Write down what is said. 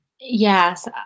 yes